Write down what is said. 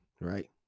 right